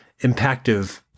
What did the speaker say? impactive